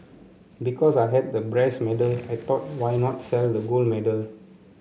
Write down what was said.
because I had the brass medal I thought why not sell the gold medal